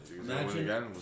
Imagine